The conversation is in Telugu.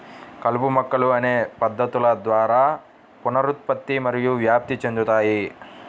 కలుపు మొక్కలు అనేక పద్ధతుల ద్వారా పునరుత్పత్తి మరియు వ్యాప్తి చెందుతాయి